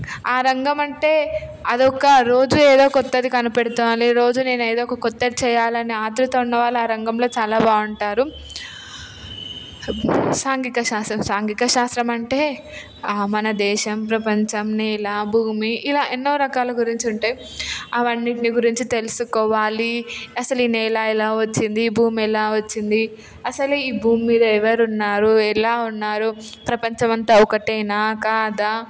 ఆ రంగం అంటే అదొక రోజు ఏదో కొత్తది కనిపెడతామని నేను ఏదో ఒక క్రొత్త చేయాలని ఆతురత ఉన్న వాళ్ళు ఆ రంగంలో చాలా బాగుంటారు సాంఘిక శాస్త్రం సాంఘిక శాస్త్రం అంటే మన దేశం ప్రపంచం నేల భూమి ఇలా ఎన్నో రకాల గురించి ఉంటాయి అవన్నింటినీ గురించి తెలుసుకోవాలి అసలు ఈ నేల ఎలా వచ్చింది భూమి ఎలా వచ్చింది అసలు ఈ భూమి మీద ఎవరున్నారు ఎలా ఉన్నారు ప్రపంచం అంతా ఒకటేనా కాదా